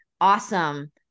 awesome